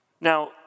now